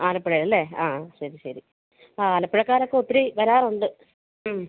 ആലപ്പുഴയിലല്ലേ ആ ശരി ശരി ആ ആലപ്പുഴക്കാരൊക്കെ ഒത്തിരി വരാറുണ്ട്